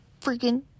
freaking